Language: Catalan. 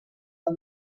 del